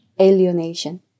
alienation